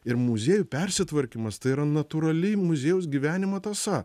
ir muziejų persitvarkymas tai yra natūrali muziejaus gyvenimo tąsa